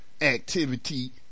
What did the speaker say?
activity